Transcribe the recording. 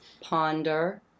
ponder